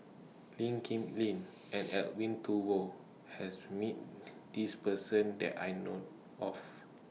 Lee Kip Lin and Edwin Thumboo has meet This Person that I know of